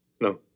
No